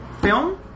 Film